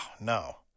no